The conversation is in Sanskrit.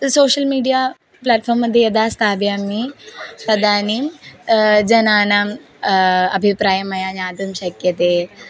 सोशल् मीडिया प्लाट्फ़ार्म्मध्ये यदा स्थापयामि तदानीं जनानाम् अभिप्रायं मया ज्ञातुं शक्यते